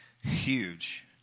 huge